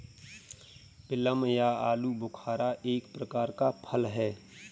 plum या आलूबुखारा एक प्रकार का फल है